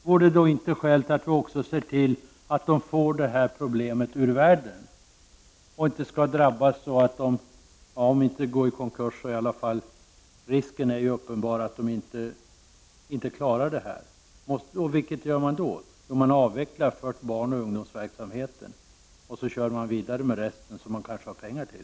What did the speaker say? Vore det inte skäl att se till att de får detta problem ur världen och inte skall behöva om inte gå i konkurs så i alla fall hotas av att inte klara av att betala dessa avgifter? Vad gör de då? Jo, man avvecklar barnoch ungdomsverksamheten och kör vidare med resten som man kanske har pengar till.